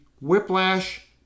Whiplash